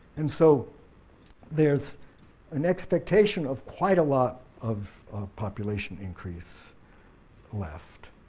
and so there's an expectation of quite a lot of population increase left.